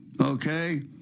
Okay